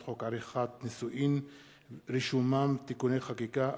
חוק עריכת נישואים ורישומם (תיקוני חקיקה),